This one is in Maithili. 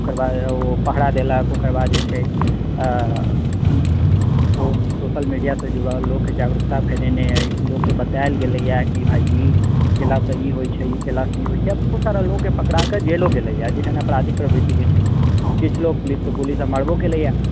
ओकर बाद ओ पहरा देलक ओकर बाद जे छै ओ सोशल मीडिया से जुड़ल लोगकेँ जागरूकता फैलेने अछि लोककेँ बताएल गेलैए कि भाइ ई केलासँ ई होइत छै ई केलासँ ई होइत छै बहुत सारा लोककेँ पकड़ा कऽ जेलो गेलैए जेहन अपराधी प्रवृतिके छै किछु लोक पुलिसके गोलीसँ मरबो केलैए